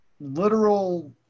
literal